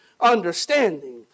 understanding